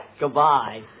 goodbye